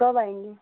कब आएँगी